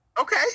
okay